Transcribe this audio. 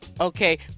Okay